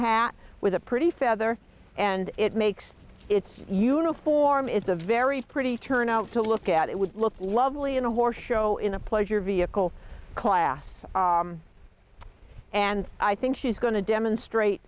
hat with a pretty feather and it makes it's uniform is a very pretty turn out to look at it would look lovely in a horse show in a pleasure vehicle class and i think she's going to demonstrate